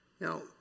Now